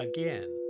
Again